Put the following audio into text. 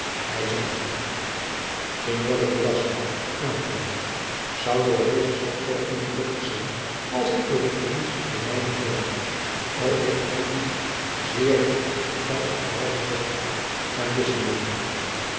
hij zou signore durazzo aangedaan zou door dezen stap zoo ongelukkig zijn als ik door het verlies van mijne zonen o ik gevoel diep zeer diep wat gij achterhoudt te zeggen en dus signore